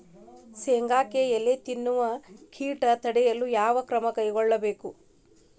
ಶೇಂಗಾಕ್ಕೆ ಎಲೆ ತಿನ್ನುವ ಕೇಟ ತಡೆಯಲು ಯಾವ ಕ್ರಮ ಕೈಗೊಳ್ಳಬೇಕು?